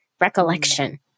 recollection